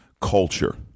culture